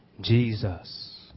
Jesus